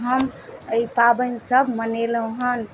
हम एहि सब मनेलहुॅं हन